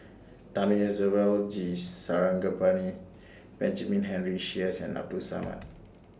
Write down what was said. Thamizhavel G Sarangapani Benjamin Henry Sheares and Abdul Samad